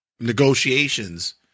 Negotiations